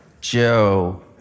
Joe